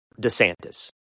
DeSantis